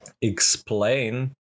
explain